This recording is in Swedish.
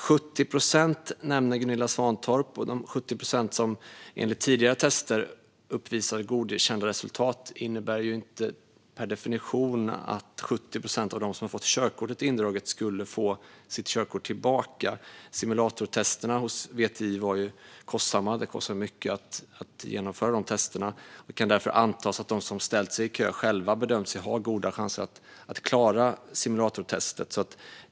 Gunilla Svantorp nämner 70 procent. Men de 70 procent som enligt tidigare tester uppvisade godkända resultat innebär ju inte per definition att 70 procent av dem som har fått körkortet indraget skulle få sitt körkort tillbaka. Simulatortesterna hos VTI var kostsamma. Det kostar mycket att genomföra dessa tester, och det kan därför antas att de som ställt sig i kö själva bedömt sig ha goda chanser att klara simulatortestet.